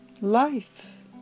Life